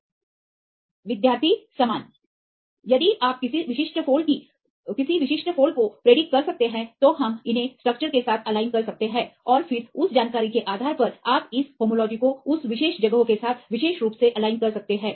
Student Similar Refer Time 0946यदि आप किसी विशिष्ट फोल्ड की भविष्यवाणी कर सकते हैं तो हम इन स्ट्रक्चर्स के साथ एलाइन कर सकते हैं और फिर उस जानकारी के आधार पर आप इस होमोलॉजी को उस विशेष जगहो के साथ विशेष रूप से एलाइन कर सकते हैं